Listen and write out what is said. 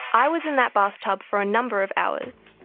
i was in that bathtub for a number of hours,